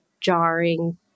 jarring